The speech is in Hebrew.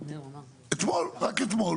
אתמול רק אתמול